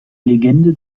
legende